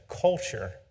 culture